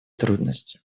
трудности